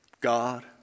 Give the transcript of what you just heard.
God